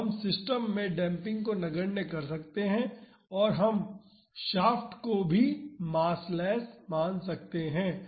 तो हम सिस्टम में डेम्पिंग को नगण्य कर सकते हैं और हम शाफ्ट को भी मासलेस मान सकते हैं